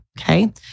okay